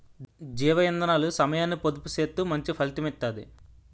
జీవ ఇందనాలు సమయాన్ని పొదుపు సేత్తూ మంచి ఫలితం ఇత్తది